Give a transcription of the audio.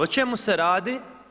O čemu se radi?